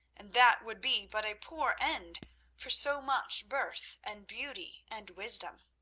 and that would be but a poor end for so much birth and beauty and wisdom.